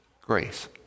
Grace